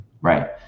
Right